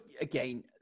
again